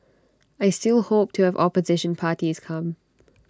I still hope to have opposition parties come